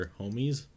homies